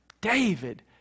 David